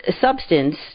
substance